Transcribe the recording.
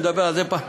אני מדבר על זה פעם,